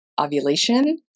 ovulation